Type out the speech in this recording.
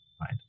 right